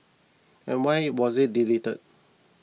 and why was it deleted